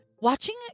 Watching